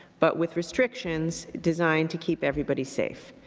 but with restrictions designed to keep everybody safe.